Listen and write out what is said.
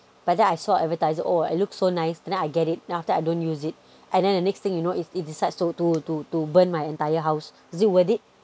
but then I saw advertisement oh it looks so nice then I get it now after I don't use it and then the next thing you know it decides to to to to burn my entire house is it worth it